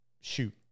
shoot